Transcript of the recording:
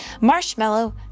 Marshmallow